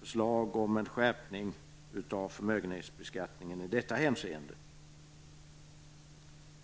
förslag om en skärpning av förmögenhetsbeskattningen i detta hänseende.